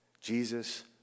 Jesus